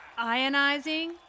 Ionizing